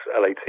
LAT